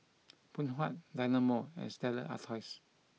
Phoon Huat Dynamo and Stella Artois